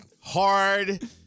Hard